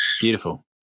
Beautiful